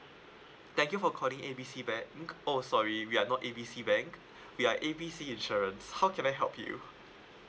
thank you for calling A B C bank mm oh sorry we are not A B C bank we are A B C insurance how can I help you